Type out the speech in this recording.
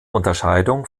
unterscheidung